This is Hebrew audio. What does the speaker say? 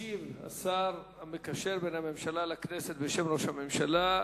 ישיב השר המקשר בין הממשלה לכנסת בשם ראש הממשלה,